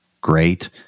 great